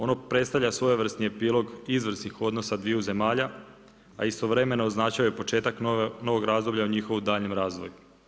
Ono predstavlja svojevrsni epilog izvrsnih odnosa dviju zemalja, a istovremeno označuje početak novog razdoblja u njihovom daljnjem razvoju.